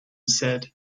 said